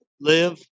Live